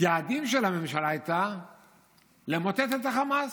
היעדים של הממשלה היו למוטט את החמאס.